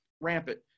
rampant